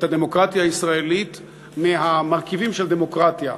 הדמוקרטיה הישראלית מהמרכיבים של דמוקרטיה,